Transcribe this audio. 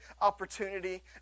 opportunity